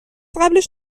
قبلش